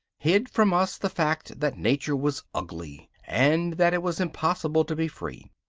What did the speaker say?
hid from us the fact that nature was ugly, and that it was impossible to be free.